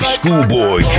Schoolboy